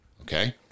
Okay